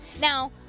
Now